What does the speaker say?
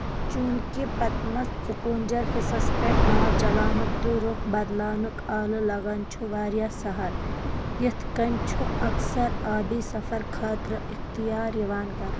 چوٗنٛکہِ پتمس ژُکوٗنٛجل حِصس پیٚٹھ ناو چلاونُک تہٕ رخ بدلاونُک آلہٕ لگن چھُ واریاہ سہل یِتھ کَنۍ چھ اکثر آبی سفر خٲطرٕ اختیار یِوان کرنہٕ